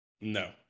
No